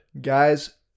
Guys